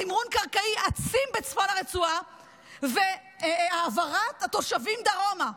תמרון קרקעי עצים בצפון הרצועה והעברת התושבים דרומה.